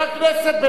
אתה לא יכול לנאום.